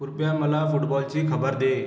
कृपया मला फुटबॉलची खबर दे